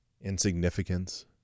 insignificance